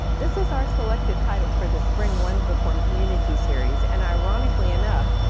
this is our selected title for the spring one book one community series. and ironically enough,